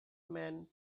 man